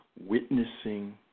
witnessing